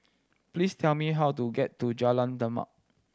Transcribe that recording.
please tell me how to get to Jalan Demak